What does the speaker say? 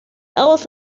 aus